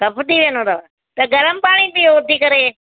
कफ़ थी वेंदो अथव त गरम पाणी पीओ उथी करे